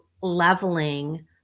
leveling